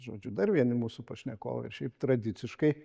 žodžiu dar vieni mūsų pašnekovai ir šiaip tradiciškai